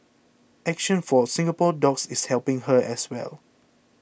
action for Singapore Dogs is helping her as well